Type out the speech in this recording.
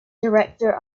director